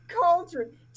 cauldron